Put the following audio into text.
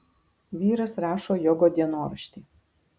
vyras rašo jogo dienoraštį